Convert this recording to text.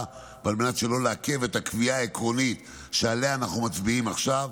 ועל מנת שלא לעכב את הקביעה העקרונית שעליה אנחנו מצביעים עכשיו,